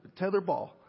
tetherball